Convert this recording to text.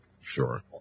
Sure